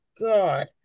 god